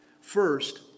First